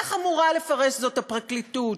איך אמורה לפרש זאת הפרקליטות,